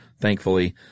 thankfully